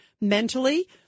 mentally